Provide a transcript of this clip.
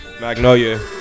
Magnolia